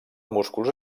músculs